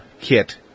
kit